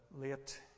late